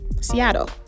Seattle